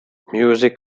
music